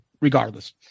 regardless